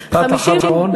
משפט אחרון.